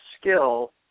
skill